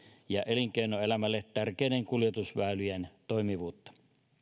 ja elinkeinoelämälle tärkeiden kuljetusväylien toimivuutta